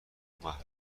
محروم